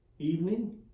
Evening